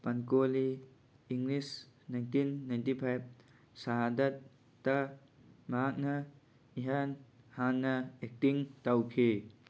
ꯄꯟꯀꯣꯂꯤ English nineteen ninety five ꯁꯍꯥꯗꯠꯇ ꯃꯍꯥꯛꯅ ꯏꯍꯥꯟ ꯍꯥꯟꯅ ꯑꯦꯛꯇꯤꯡ ꯇꯧꯈꯤ